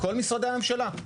כל משרדי הממשלה.